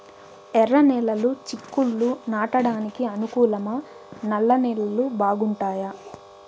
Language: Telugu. ఎర్రనేలలు చిక్కుళ్లు నాటడానికి అనుకూలమా నల్ల నేలలు బాగుంటాయా